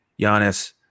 Giannis